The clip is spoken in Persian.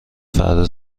فردا